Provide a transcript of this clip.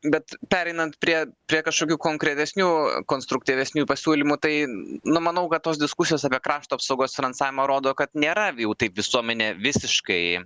bet pereinant prie prie kažkokių konkretesnių konstruktyvesnių pasiūlymų tai nu manau kad tos diskusijos apie krašto apsaugos finansavimą rodo kad nėra jau taip visuomenė visiškai